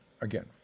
again